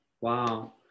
Wow